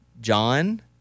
John